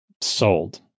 sold